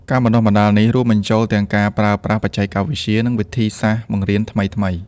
ការបណ្តុះបណ្តាលនេះរួមបញ្ចូលទាំងការប្រើប្រាស់បច្ចេកវិទ្យា និងវិធីសាស្ត្របង្រៀនថ្មីៗ។